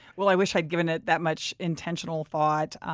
well, i wish i'd given it that much intentional thought,